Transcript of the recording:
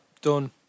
done